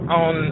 on